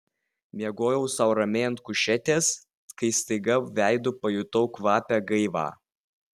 miegojau sau ramiai ant kušetės kai staiga veidu pajutau kvapią gaivą